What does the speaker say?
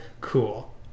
Cool